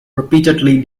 repeatedly